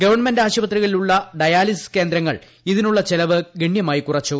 ഗവൺമെന്റാവശുപത്രികളിലുള്ള dialysis കേന്ദ്രങ്ങൾ ഇതിനുള്ള ചെലവ് ഗണൃമായി കുറച്ചു